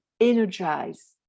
energize